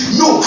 no